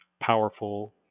powerful